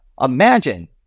Imagine